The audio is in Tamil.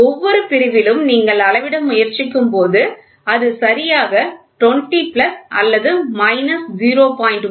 ஒவ்வொரு பிரிவிலும் நீங்கள் அளவிட முயற்சிக்கும்போது அது சரியாக 20 பிளஸ் அல்லது மைனஸ் 0